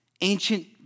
ancient